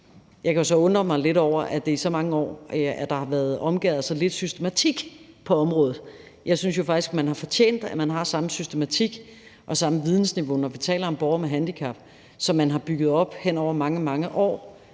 Jeg kan jo så undre mig lidt over, at området i så mange år har været præget af så lidt systematik. Jeg synes jo faktisk, at man har fortjent, at man har samme systematik og samme vidensniveau, når vi taler om borgere med handicap, som man har bygget op hen over mange, mange år